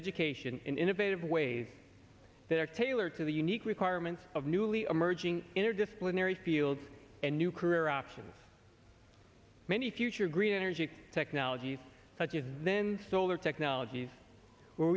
education in innovative ways that are tailored to the unique requirements of newly emerging into disciplinary fields and new career options many future green energy technologies such as then solar technologies w